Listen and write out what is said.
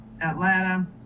atlanta